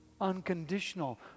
unconditional